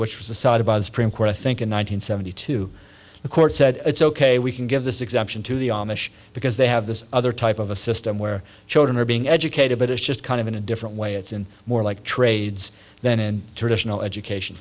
which was decided by the supreme court i think in one thousand nine hundred two the court said it's ok we can give this exemption to the amish because they have this other type of a system where children are being educated but it's just kind of in a different way it's in more like trades than in traditional education